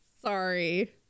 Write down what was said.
sorry